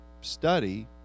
study